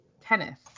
tennis